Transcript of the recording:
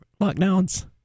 lockdowns